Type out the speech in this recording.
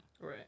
Right